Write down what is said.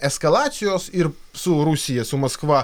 eskalacijos ir su rusija su maskva